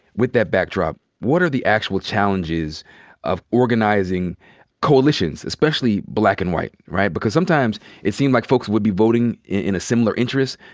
with that backdrop, what are the actual challenges of organizing coalitions, especially black and white, right? because sometimes it seemed like folks would be voting in a similar interest,